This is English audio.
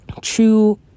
true